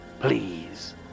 please